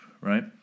Right